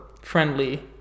friendly